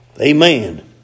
Amen